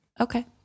Okay